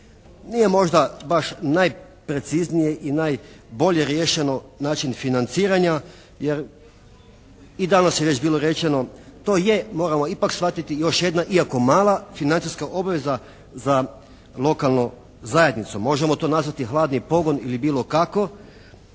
Nije možda baš najpreciznije i najbolje riješeno način financiranja, jer i danas je bilo rečeno, to je moramo ipak shvatiti još jedna iako mala financijska obaveza za lokalnom zajednicom. Možemo to nazvati hladni pogon ili bilo kako